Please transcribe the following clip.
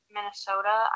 Minnesota